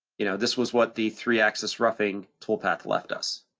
you know, this was what the three axis roughing toolpath left us.